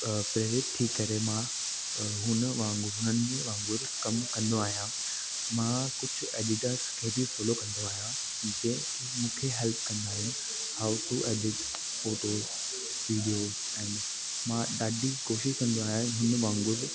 प्रेरित थी करे मां हुन वांगुरु हुननि वांगुरु कमु कंदो आहियां मां कुझु एडीटर्स खे बि फोलो कंदो आहियां जे के मूंखे हेल्प कंदा आहिनि how to edit photos videos ऐं मां डाढी कोशिश कंदो आहियां हुन वांगुरु